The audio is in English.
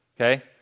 Okay